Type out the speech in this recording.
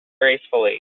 gracefully